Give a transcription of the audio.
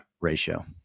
Ratio